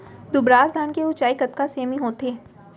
दुबराज धान के ऊँचाई कतका सेमी होथे?